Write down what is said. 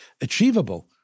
achievable